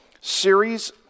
series